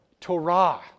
Torah